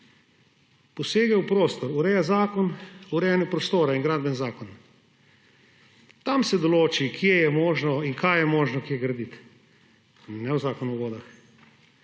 Posege v prostor urejata Zakon o urejanju prostora in Gradbeni zakon. Tam se določi, kje je možno in kaj je možno kje graditi, in ne v Zakonu o vodah.